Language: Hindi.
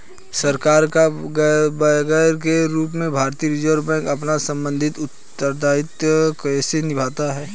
सरकार का बैंकर के रूप में भारतीय रिज़र्व बैंक अपना सांविधिक उत्तरदायित्व कैसे निभाता है?